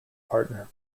partner